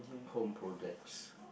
home projects